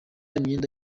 imyenda